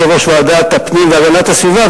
יושב-ראש ועדת הפנים והגנת הסביבה,